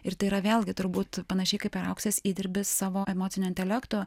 ir tai yra vėlgi turbūt panašiai kaip ir auksės įdirbis savo emocinio intelekto